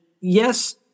yes